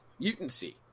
mutancy